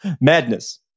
Madness